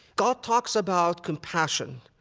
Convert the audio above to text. god talks about compassion,